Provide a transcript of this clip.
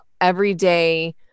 everyday